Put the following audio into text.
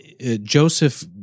Joseph